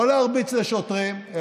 לא להרביץ לשוטרים,